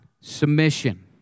submission